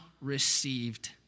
received